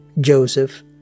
Joseph